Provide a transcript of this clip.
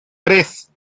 tres